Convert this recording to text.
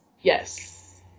Yes